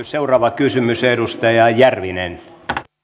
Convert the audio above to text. seuraava kysymys edustaja järvinen